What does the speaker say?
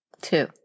Two